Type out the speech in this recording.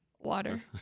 Water